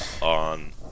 on –